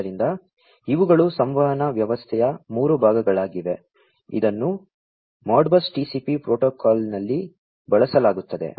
ಆದ್ದರಿಂದ ಇವುಗಳು ಸಂವಹನ ವ್ಯವಸ್ಥೆಯ ಮೂರು ಭಾಗಗಳಾಗಿವೆ ಇದನ್ನು ಮಾಡ್ಬಸ್ TCP ಪ್ರೋಟೋಕಾಲ್ನಲ್ಲಿ ಬಳಸಲಾಗುತ್ತದೆ